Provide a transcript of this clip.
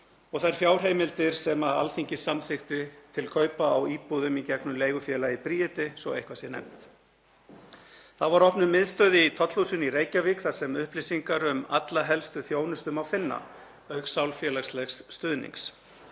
og þær fjárheimildir sem Alþingi samþykkti til kaupa á íbúðum í gegnum Leigufélagið Bríeti, svo eitthvað sé nefnt. Þá var opnuð miðstöð í Tollhúsinu í Reykjavík þar sem upplýsingar um alla helstu þjónustu má finna auk sálfélagslegs stuðnings.